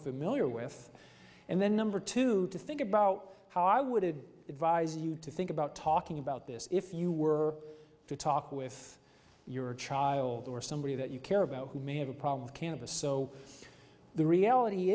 familiar with and then number two to think about how i would advise you to think about talking about this if you were to talk with your child or somebody that you care about who may have a problem with cannabis so the reality